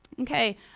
okay